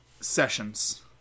sessions